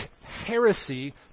heresy